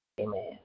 Amen